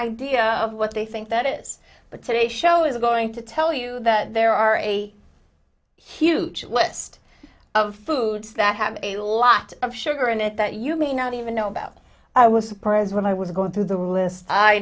idea of what they think that is but today show is going to tell you that there are a huge list of foods that have a lot of sugar in it that you may not even know about i was surprised when i was going through the list i